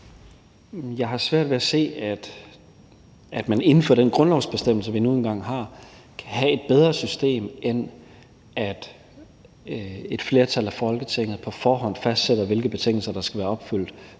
Jeg har svært ved se, at man inden for den grundlovsbestemmelse, vi nu engang har, kan have et bedre system, end at et flertal i Folketinget på forhånd fastsætter, hvilke betingelser der skal være opfyldt,